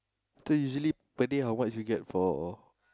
so usually per day how much you get for